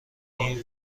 این